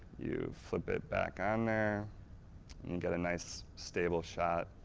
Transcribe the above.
you flip it back on there and you get a nice stable shot.